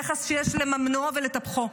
נכס שיש למממנו ולטפחו.